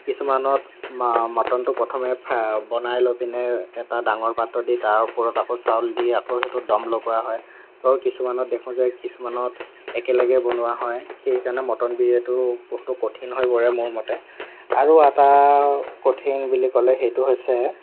কিছুমানত মটনটো প্ৰথমে বনাই লৈ পিনে এটা ডাঙৰ পাত্ৰ দি তাৰ ওপৰত আকৌ চাউল দি আকৌ সেইটো ডম লগোৱা হয় আৰু কিছুমানত দেখো যে কিছুমানত একেলগে বনোৱা হয় সেইকাৰণে মটন বিৰিয়ানীটো বহুতো কঠিন হৈ পৰে মোৰ মতে আৰু এটা কঠিন বুলি ক'লে সেইটো হৈছে